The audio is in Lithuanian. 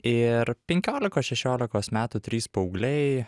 ir penkiolikos šešiolikos metų trys paaugliai